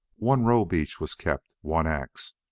one robe each was kept, one ax,